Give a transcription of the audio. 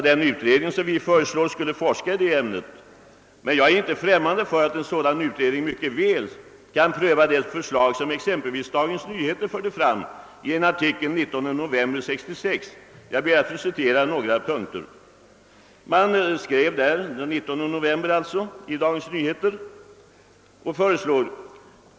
Den utredning som vi föreslår skulle få forska i det ämnet, men jag är inte främmande för tanken att en sådan utredning kan pröva det förslag som Dagens Nyheter framförde i en artikel den 19 november 1966. Jag ber att få citera några punkter.